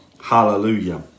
Hallelujah